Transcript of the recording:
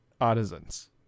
Artisans